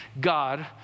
God